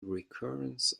recurrence